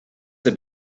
have